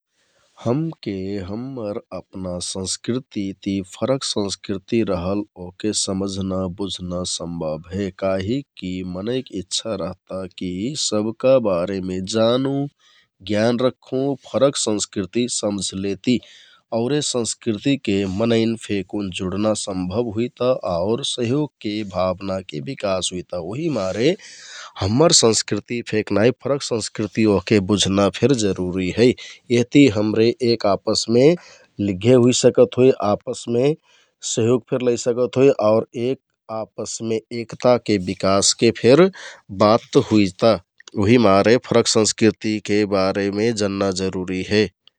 हमके हम्मर अपना संस्कृति ति फरक संस्कृति रहल ओहके समझना, बुझना सम्भव हे । काहिककि मनैंक इच्छा रहता कि सबका बारेमे जानुँ, ज्ञान रख्खुँ, फरक संस्कृति समझलेति औरे संस्कृतिके मनैंन फेकुन जुडना सम्भव हुइता आउर सहयोगके भावनाके बिकास हुइता । उहिमारे हम्मर संस्कृति फेक नाइ फरक संस्कृति ओहके बुझना फेर जरुरी है । यहति हमरे एक आपसमे लिग्घे होइ सकत होइ, आपसमे सहयोग फेर लैसिकत होइ आउर एक आपसमे एकताके बिकासके फेर बात हुइता । उहिमारे फरक संस्कृतिके बारेमे जन्ना जरुरी हे ।